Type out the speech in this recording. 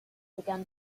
began